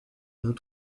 d’un